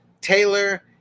Taylor